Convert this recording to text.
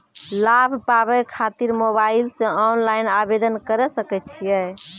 लाभ पाबय खातिर मोबाइल से ऑनलाइन आवेदन करें सकय छियै?